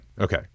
Okay